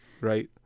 right